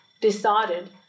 decided